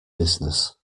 business